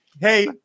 hey